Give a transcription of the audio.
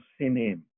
Sinim